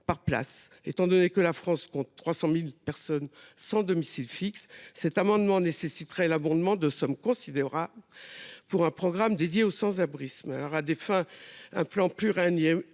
Étant donné que la France compte 300 000 personnes sans domicile fixe, l’adoption de cet amendement nécessiterait l’abondement de sommes considérables dans un programme consacré au sans abrisme.